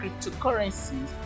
cryptocurrencies